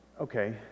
okay